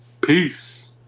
Peace